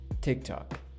TikTok